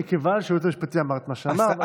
מכיוון שהייעוץ המשפטי אמר את מה שאמר.